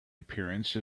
appearance